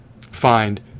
find